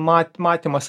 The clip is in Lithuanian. mat matymas